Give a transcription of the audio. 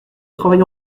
travail